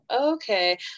Okay